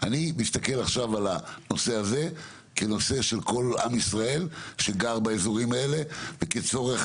אני מסתכל על הנושא הזה כנושא של כל עם ישראל שגר באזורים האלה וכצורך